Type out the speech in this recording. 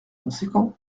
conséquent